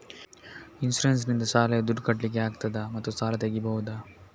Insurance ನಿಂದ ಶಾಲೆಯ ದುಡ್ದು ಕಟ್ಲಿಕ್ಕೆ ಆಗ್ತದಾ ಮತ್ತು ಸಾಲ ತೆಗಿಬಹುದಾ?